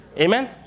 Amen